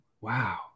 wow